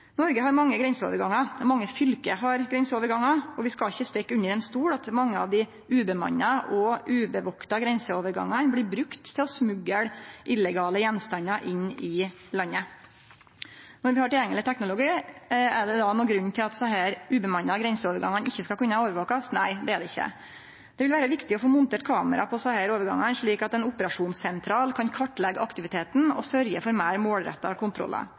Noreg har mange grenseovergangar. Mange fylke har grenseovergangar, og vi skal ikkje stikke under stol at mange av dei ubemanna grenseovergangane blir brukte til å smugle illegale gjenstandar inn i landet. Når vi har tilgjengeleg teknologi, er det då nokon grunn til at desse ubemanna grenseovergangane ikkje skal kunne overvakast? Nei, det er ikkje det. Det vil vere viktig å få montert kamera på desse overgangane, slik at ein operasjonssentral kan kartleggje aktiviteten og sørgje for meir målretta kontrollar.